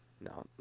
No